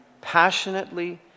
passionately